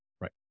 right